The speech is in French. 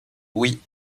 oui